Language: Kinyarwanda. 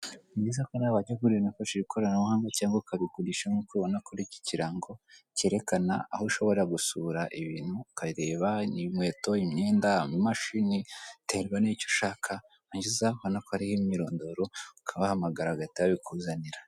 Ni byiza ko nawe wajya ugura ibintu ukoreshehe ikoranabuhanya cyangwa ukabigurisha nk' uko ubibona kuri iki kirango cyerekana aho ushobora gusura ibintu ukabireba n' inkweto, imyenda, amamashini biterwa n' icyo ushaka warangiza urabona ko hariho imyirondoro ukabahamagara bagahita babikuzanira.